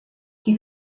die